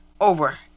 over